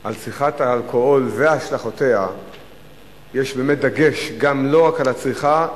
על צריכת האלכוהול והשלכותיה יש באמת דגש לא רק על הצריכה,